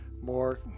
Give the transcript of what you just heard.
more